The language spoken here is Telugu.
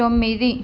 తొమ్మిది